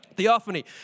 theophany